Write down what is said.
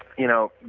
you know,